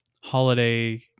holiday